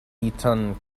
eaton